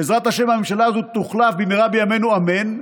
בעזרת השם, הממשלה הזו תוחלף במהרה בימינו אמן,